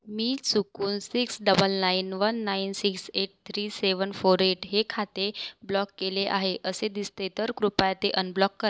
मी चुकून six double nine one nine six eight three seven four eight हे खाते block केले आहे असे दिसते तर कृपया ते अनब्लॉक कर